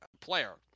player